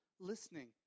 Listening